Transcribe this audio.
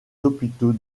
hôpitaux